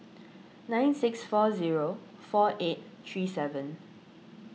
nine six four zero four eight three seven